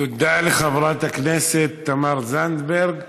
תודה לחברת הכנסת תמר זנדברג.